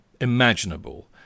imaginable